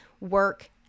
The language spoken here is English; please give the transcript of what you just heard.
work